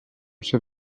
chef